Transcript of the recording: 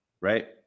right